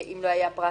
אם לא היה פרט